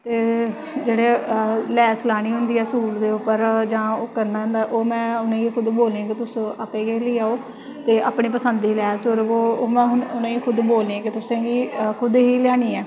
ते जेह्ड़ी लैस लानी होंदी ऐ सूट दे उप्पर जां ओह् करना होंदा ओह् में उ'नें गी बोलनी कि खुद लेई आओ ते अपनी पसंद दी लैस उ'नें ई बोलनी कि तुसें खुद लेआनी ऐ